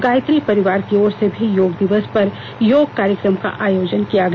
गायत्री परिवार की ओर से भी योग दिवस पर योग कार्यक्रम का आयोजन किया गया